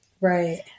right